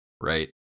right